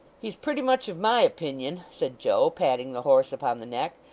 he's pretty much of my opinion said joe, patting the horse upon the neck.